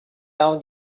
down